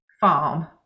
farm